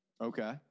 Okay